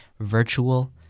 virtual